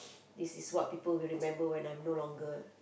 this is what people will remember when I'm no longer